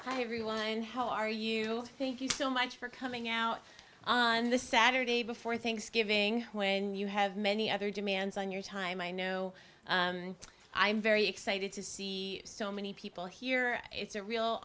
hi everyone how are you thank you so much for coming out on the saturday before thanksgiving when you have many other demands on your time i know and i'm very excited to see so many people here it's a real